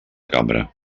cambra